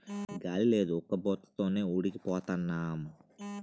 గాలి లేదు ఉక్కబోత తోనే ఉడికి పోతన్నాం